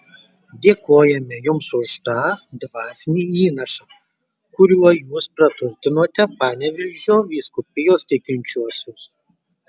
dėkojame jums už tą dvasinį įnašą kuriuo jūs praturtinote panevėžio vyskupijos tikinčiuosius